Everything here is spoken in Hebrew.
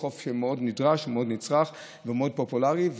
הוא חוף שמאוד נדרש, מאוד נצרך ומאוד פופולרי.